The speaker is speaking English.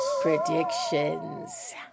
predictions